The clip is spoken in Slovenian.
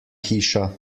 hiša